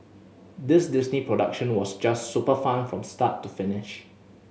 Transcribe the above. this Disney production was just super fun from start to finish